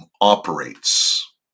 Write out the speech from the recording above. operates